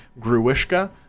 Gruishka